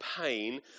pain